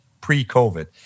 pre-COVID